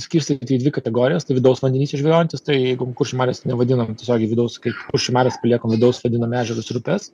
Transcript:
skirstyt į dvi kategorijas tai vidaus vandenyse žvejojantys tai jeigu kuršių marės nevadinam tiesiogiai vidaus kaip kuršių mares paliekam vidaus vadinam ežerus upes